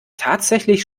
tatsächlich